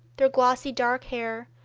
their glossy dark hair,